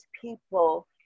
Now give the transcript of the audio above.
people